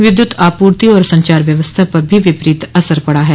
विद्युत आपूर्ति और संचार व्यवस्था पर भी विपरीत असर पड़ा है